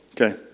Okay